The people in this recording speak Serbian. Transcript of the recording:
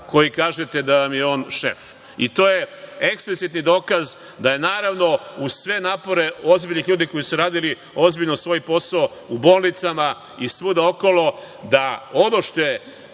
koji kažete da vam je on šef. To je eksplicitni dokaz da je, naravno, uz sve napore ozbiljnih ljudi, koji su radili ozbiljno svoj posao u bolnicama i svuda okolo, da ono što je